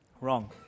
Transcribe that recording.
wrong